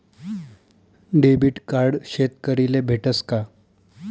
Debit card शेतकरीले भेटस का?